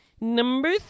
Number